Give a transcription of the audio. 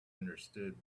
understood